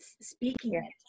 speaking